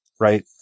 Right